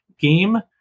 game